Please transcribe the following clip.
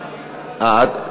אה, את?